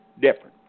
different